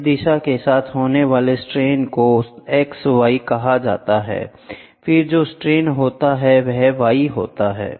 इस दिशा के साथ होने वाले सट्रेन को x y कहा जाता है फिर जो सट्रेन होता है वह y होता है